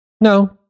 no